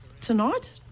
tonight